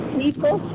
people